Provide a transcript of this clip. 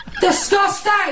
Disgusting